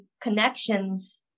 connections